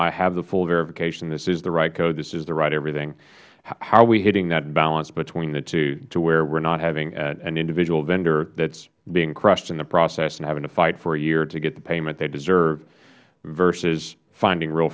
i have the full verification this is the right code this is the right thing how are we hitting that balance between the two where we don't have an individual vendor that is being crushed in the process and having to fight for a year to get the payment they deserve versus finding real